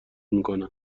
میکنن